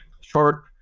short